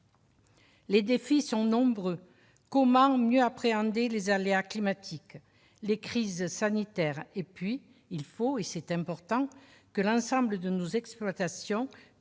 Les défis sont nombreux : comment mieux appréhender les aléas climatiques, les crises sanitaires ? Il est important que l'ensemble de nos exploitations